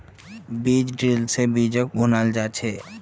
बीज ड्रिल से बीजक बुनाल जा छे